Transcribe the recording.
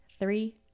Three